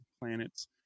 planets